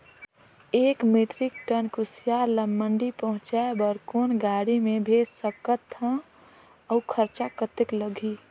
एक metric tonne कुसियार ल मंडी पहुंचाय बर कौन गाड़ी मे भेज सकत हव अउ खरचा कतेक लगही?